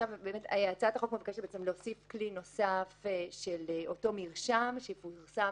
הצעת החוק מבקשת להוסיף כלי נוסף של אותו מרשם שיפורסם,